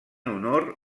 honor